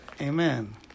Amen